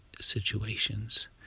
situations